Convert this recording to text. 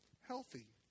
Healthy